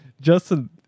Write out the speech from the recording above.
Justin